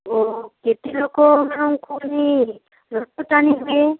ଓ କେତେ ଲୋକମାନଙ୍କୁ ନେଇ ରଥ ଟାଣି ହୁଏ